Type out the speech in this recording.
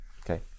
okay